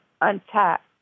untapped